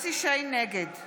נגד